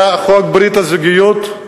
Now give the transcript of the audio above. היה חוק ברית הזוגיות,